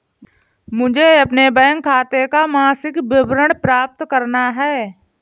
मुझे अपने बैंक खाते का मासिक विवरण प्राप्त करना है?